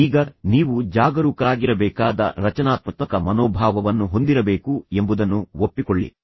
ಈಗ ನೀವು ಜಾಗರೂಕರಾಗಿರಬೇಕಾದ ರಚನಾತ್ಮಕ ಮನೋಭಾವವನ್ನು ಹೊಂದಿರಬೇಕು ಎಂಬುದನ್ನು ಒಪ್ಪಿಕೊಳ್ಳಿ